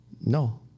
No